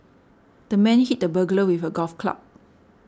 the man hit the burglar with a golf club